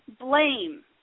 blame